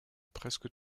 presque